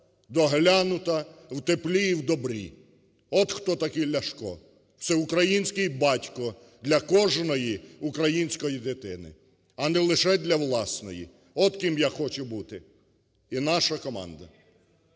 доглянута, у теплі і в добрі. От хто такий Ляшко. Це український батько для кожної української дитини, а не лише для власної. От ким я хочу бути. І наша команда.